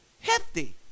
hefty